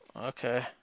Okay